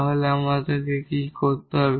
তাহলে আমাদের কি করতে হবে